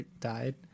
died